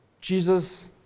Jesus